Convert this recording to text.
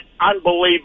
unbelievable